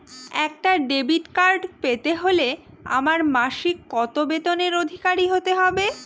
একটা debit card পেতে হলে আমার মাসিক কত বেতনের অধিকারি হতে হবে?